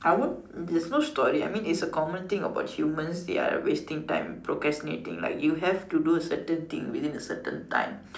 I won't there's no story I mean it's a common thing about humans they are wasting time procrastinating like you have to do a certain thing within a certain time